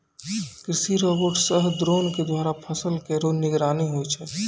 कृषि रोबोट सह द्रोण क द्वारा फसल केरो निगरानी होय छै